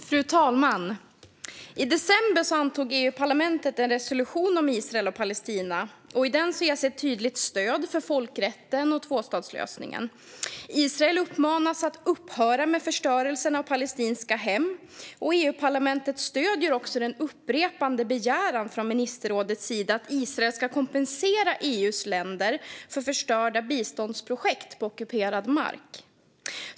Fru talman! I december antog EU-parlamentet en resolution om Israel och Palestina. I den ges ett tydligt stöd för folkrätten och tvåstatslösningen, och Israel uppmanas att upphöra med förstörelsen av palestinska hem. EU-parlamentet stöder också den upprepade begäran från ministerrådets sida att Israel ska kompensera EU:s länder för förstörda biståndsprojekt på ockuperad mark.